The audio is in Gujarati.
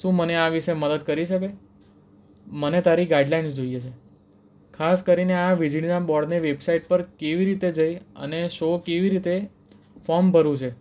શું મને આ વિષે મદદ કરી શકે મને તારી ગાઇડલાઇન્સ જોઈએ છે ખાસ કરીને આ વીજળીના બોર્ડને વેબસાઇટ પર કેવી રીતે જઈ અને શો કેવી રીતે ફોમ ભરવું છે